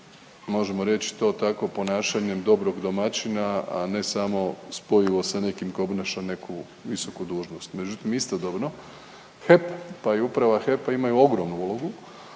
možemo reć to tako ponašanjem dobrog domaćina, a ne samo spojivo sa nekim ko obnaša neku visoku dužnost. Međutim istodobno HEP, pa i Uprava HEP-a imaju ogromnu ulogu